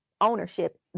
ownership